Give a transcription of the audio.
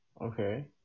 okay